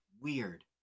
Weird